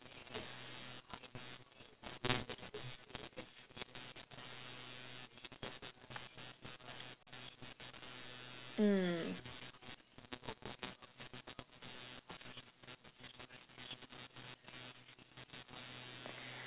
mm